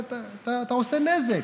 אתה עושה נזק.